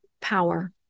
power